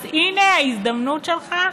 אז הינה ההזדמנות שלך.